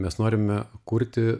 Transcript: mes norime kurti